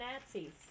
Nazis